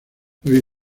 los